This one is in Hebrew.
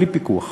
בלי פיקוח.